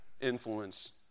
influence